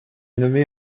nommée